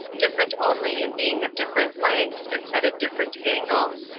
different only in being of different lengths and set at different angles.